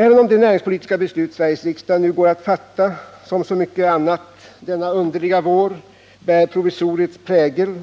Även om det näringspolitiska beslut Sveriges riksdag nu går att fatta, som så mycket annat denna underliga vår, bär provisoriets prägel